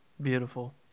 Beautiful